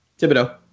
Thibodeau